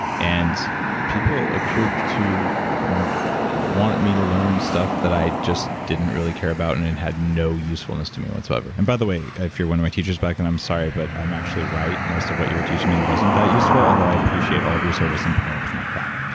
and people appeared to want me to learn stuff that i just didn't really care about, and and had no usefulness to me whatsoever. and by the way, if you're one of my teachers back then, i'm sorry, but i'm actually right. most of what you were teaching me wasn't that useful, although i appreciate all of your service, and putting up with my crap.